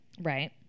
Right